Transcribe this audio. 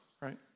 right